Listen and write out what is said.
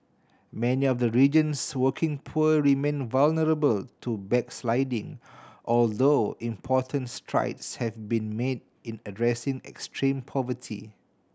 many of the region's working poor remain vulnerable to backsliding although important strides have been made in addressing extreme poverty